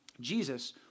Jesus